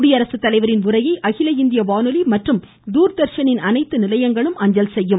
குடியரசுத்தலைவரின் உரையை அகில இந்திய வானொலி மற்றும் தூர்தா்ஷனின் அனைத்து நிலையங்களும் அஞ்சல் செய்யும்